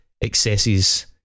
excesses